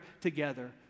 together